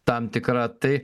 tam tikra tai